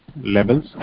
levels